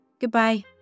Goodbye